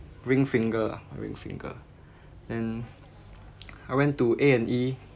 ring finger ah ring finger then I went to A and E